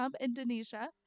Indonesia